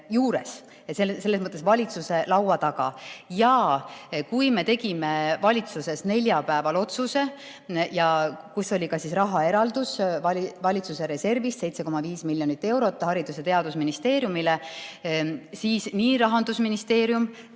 Ja kui me tegime valitsuses neljapäeval otsuse, kus oli ka rahaeraldus valitsuse reservist 7,5 miljonit eurot Haridus‑ ja Teadusministeeriumile, siis nii Rahandusministeerium